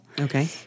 Okay